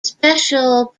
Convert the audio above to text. special